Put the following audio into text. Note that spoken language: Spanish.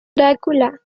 drácula